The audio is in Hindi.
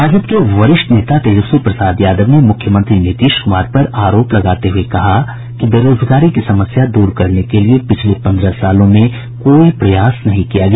राजद के वरिष्ठ नेता तेजस्वी प्रसाद यादव ने मुख्यमंत्री नीतीश कुमार पर आरोप लगाते हुए कहा है कि बेरोजगारी की समस्या को दूर करने के लिए पिछले पन्द्रह साल में कोई प्रयास नहीं किया गया